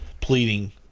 pleading